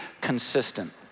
consistent